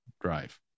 drive